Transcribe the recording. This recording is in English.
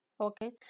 Okay